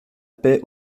paix